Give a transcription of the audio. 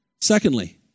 Secondly